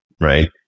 right